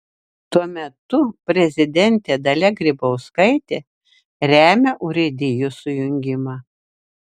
tuo metu prezidentė dalia grybauskaitė remia urėdijų sujungimą